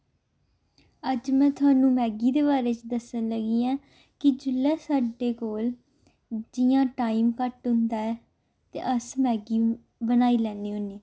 अज्ज में थोआनू मैगी दे बारे च दस्सन लगी आं कि जेल्लै साड्डे कोल जियां टाइम घट्ट होंदा ऐ ते अस मैगी बनाई लैन्ने होन्ने